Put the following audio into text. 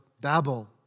Babel